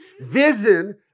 Vision